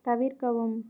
தவிர்க்கவும்